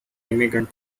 immigrant